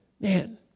Man